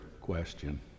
question